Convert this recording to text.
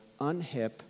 unhip